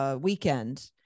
weekend